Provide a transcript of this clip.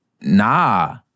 nah